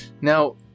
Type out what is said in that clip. Now